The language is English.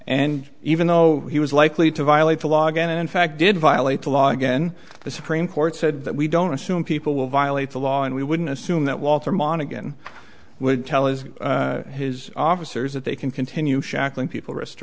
and even though he was likely to violate the law again and in fact did violate the law again the supreme court said that we don't assume people will violate the law and we wouldn't assume that walter monegan would tell as his officers that they can continue shackling people wrist